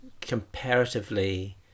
comparatively